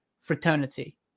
fraternity